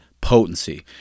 potency